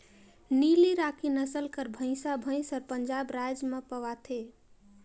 नीली राकी नसल कर भंइसा भंइस हर पंजाब राएज में पवाथे